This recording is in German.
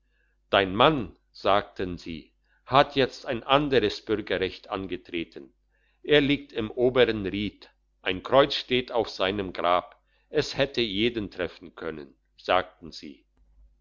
dein mann sagten sie hat jetzt ein anderes bürgerrecht angetreten er liegt im obern ried ein kreuz steht auf seinem grab es hätte jeden treffen können sagten sie